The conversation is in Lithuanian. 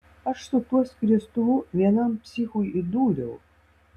aš su tuo skriestuvu vienam psichui įdūriau